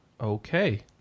Okay